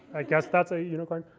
i guess that's a unicorn.